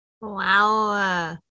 Wow